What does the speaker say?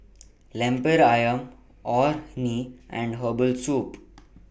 Lemper Ayam Orh Nee and Herbal Soup